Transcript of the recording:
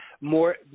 more